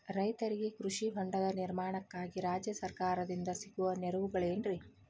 ರೈತರಿಗೆ ಕೃಷಿ ಹೊಂಡದ ನಿರ್ಮಾಣಕ್ಕಾಗಿ ರಾಜ್ಯ ಸರ್ಕಾರದಿಂದ ಸಿಗುವ ನೆರವುಗಳೇನ್ರಿ?